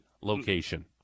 location